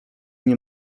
nie